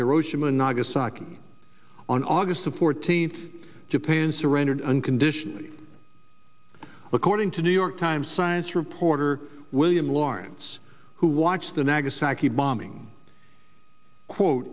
hiroshima and nagasaki on august fourteenth japan surrendered unconditionally according to new york times science reporter william lawrence who watched the